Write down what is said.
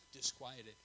disquieted